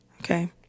okay